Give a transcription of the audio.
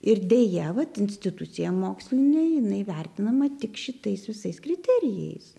ir deja vat institucija mokslinė jinai vertinama tik šitais visais kriterijais